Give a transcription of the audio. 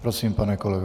Prosím, pane kolego.